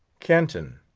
canton.